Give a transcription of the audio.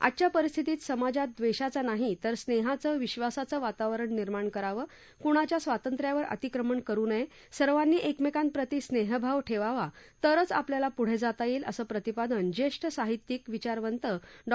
आजच्या परिस्थितीत समाजात द्वेषाचा नाही तर स्नेहाचं विश्वासाचं वातावरण निर्माण करावं कुणाच्या स्वातंत्र्यावर अतिक्रमण करून नये सर्वांनी एकमेकांप्रती स्नेहभाव ठेवावा तरच आपल्या पूढे जाता येईल असं प्रतिपादन ज्येष्ठ साहित्यिक विचारवंत डॉ